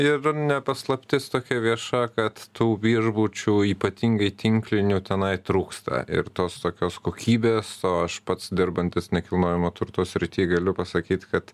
ir ne paslaptis tokia vieša kad tų viešbučių ypatingai tinklinių tenai trūksta ir tos tokios kokybės o aš pats dirbantis nekilnojamo turto srity galiu pasakyt kad